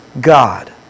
God